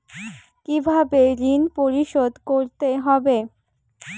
কিভাবে ঋণ পরিশোধ করতে হবে?